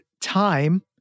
time